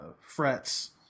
frets